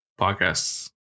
podcasts